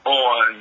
on